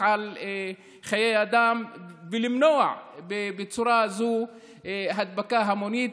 על חיי אדם ולמנוע בצורה זו הדבקה המונית?